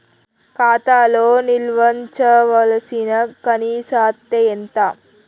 ఖాతా లో నిల్వుంచవలసిన కనీస అత్తే ఎంత?